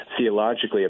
theologically